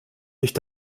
nicht